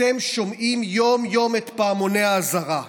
אתם שומעים יום-יום את פעמוני האזהרה,